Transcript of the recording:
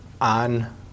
on